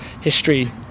History